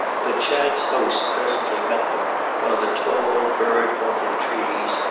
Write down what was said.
that chad's host presently met them while the tall bird-haunted trees,